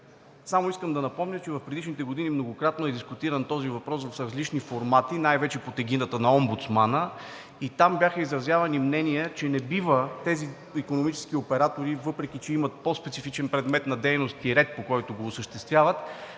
Само искам да напомня, че в предишните години многократно е дискутиран този въпрос в различни формати, най-вече под егидата на омбудсмана. Там бяха изразявани мнения, че не бива тези икономически оператори, въпреки че имат по-специфичен предмет на дейност и ред, по който го осъществяват,